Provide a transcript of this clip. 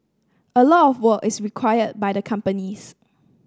a lot of work is required by the companies